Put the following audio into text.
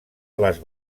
les